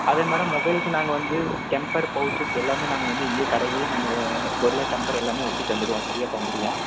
அதேமாரி மொபைலுக்கு நாங்கள் வந்து டெம்பர் பௌச்சஸ் எல்லாமே நாங்கள் வந்து இங்கேயே கடையிலேயே நாங்கள் டெம்பர் எல்லாமே ஒட்டி தந்துடுவோம் ஃப்ரீயா தந்துடுவோம்